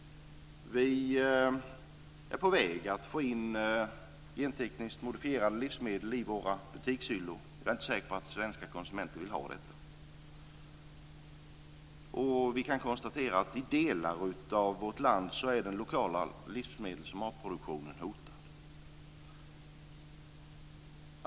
Vi är på väg att få in gentekniskt modifierade livsmedel i våra butikshyllor. Jag är inte säker på att svenska konsumenter vill ha det. Vi kan konstatera att i delar av vårt land är den lokala livsmedels och matproduktionen hotad.